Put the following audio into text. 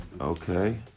Okay